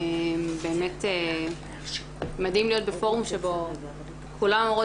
באמת מדהים להיות בפורום שבו כולן אומרות